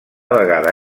vegada